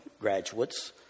graduates